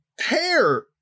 hair